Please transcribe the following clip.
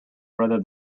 rather